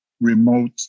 remote